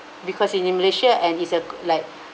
because in in malaysia and is uh like